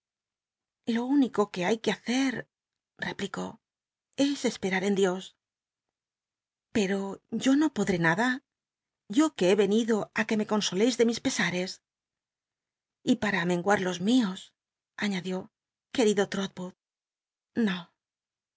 ún ico que hay que hace replicó es csperat en dios pero yo no podré nada yo que be cuido á que me consoleis de mis pesares y para amenguar los mios añadió ue tropo no